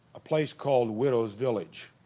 a place called widow's village